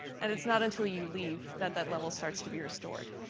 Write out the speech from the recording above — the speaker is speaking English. and it's not until you leave that that level starts to be restored.